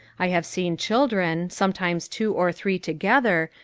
i have seen children, sometimes two or three together,